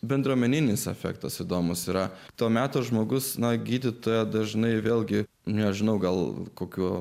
bendruomeninis efektas įdomūs yra to meto žmogus na gydytojai dažnai vėlgi nežinau gal kokių